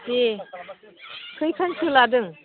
देह खैखानसो लादों